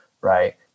right